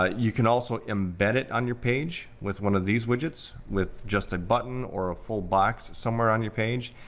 ah you can also embed it on your page with one of these widgets with just a button, or a full box somewhere on your page.